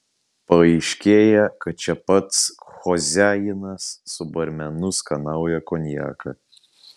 paaiškėja kad čia pats choziajinas su barmenu skanauja konjaką